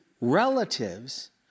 relatives